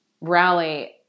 rally